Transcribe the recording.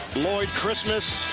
lloyd christmas.